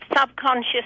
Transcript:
subconscious